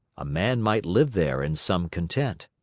a man might live there in some content.